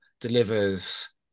delivers